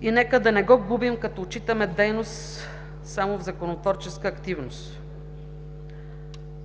и нека да не го губим, като отчитаме дейност само в законотворческа активност.